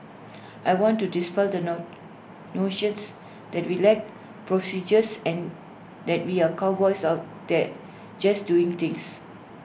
I want to dispel the no notions that we lack procedures and that we are cowboys of there just doing things